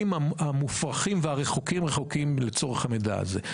המופרכים והרחוקים רחוקים לצורך המידע הזה.